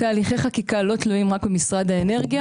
תהליכי חקיקה לא תלויים רק במשרד האנרגיה.